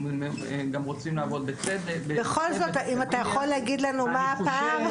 הם גם רוצים לעבוד -- בכל זאת אם אתה יכול להגיד לנו מה הפער?